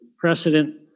precedent